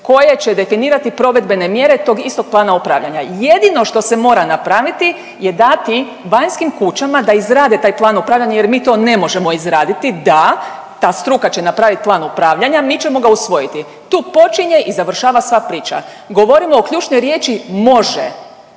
koje će definirati provedbene mjere tog istog plana upravljanja. Jedino što se mora napraviti je dati vanjskim kućama da izrade taj plan upravljanja jer mi to ne možemo izraditi, da ta struka će napraviti plan upravljanja, mi ćemo usvojiti, tu počinje i završava sva priča, govorimo o ključnoj riječi „može“,